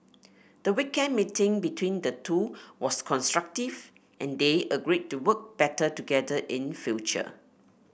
the weekend meeting between the two was constructive and they agreed to work better together in future